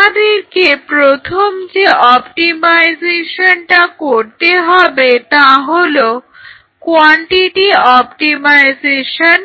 তোমাদেরকে প্রথম যে অপটিমাইজেশনটা করতে হবে তা হলো কোয়ান্টিটি অপটিমাইজেশন